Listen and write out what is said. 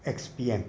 ex P M